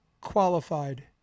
qualified